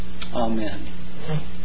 Amen